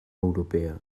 europea